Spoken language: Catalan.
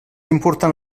important